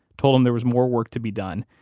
told him there was more work to be done,